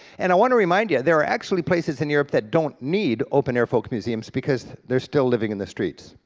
and i want to remind you, yeah there are actually places in europe that don't need open-air folk museums, because they're still living in the streets.